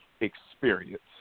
experience